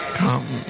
come